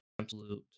absolute